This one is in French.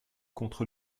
contre